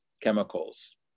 chemicals